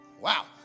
Wow